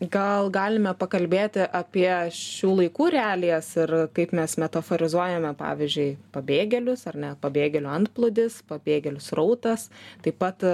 gal galime pakalbėti apie šių laikų realijas ir kaip mes metaforizuojame pavyzdžiui pabėgėlius ar ne pabėgėlių antplūdis pabėgėlių srautas taip pat